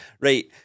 Right